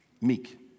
Meek